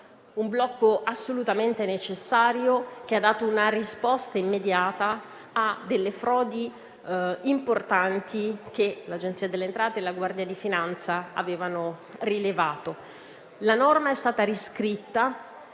un blocco assolutamente necessario che ha dato una risposta immediata a frodi importanti che l'Agenzia delle entrate e la Guardia di finanza avevano rilevato. La norma è stata riscritta;